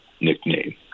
nickname